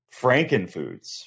frankenfoods